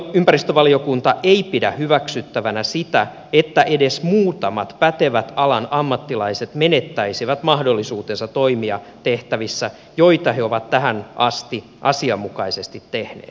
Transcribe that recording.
ympäristövaliokunta ei pidä hyväksyttävänä sitä että edes muutamat pätevät alan ammattilaiset menettäisivät mahdollisuutensa toimia tehtävissä joita he ovat tähän asti asianmukaisesti tehneet